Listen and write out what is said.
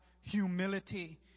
humility